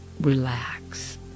relax